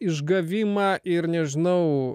išgavimą ir nežinau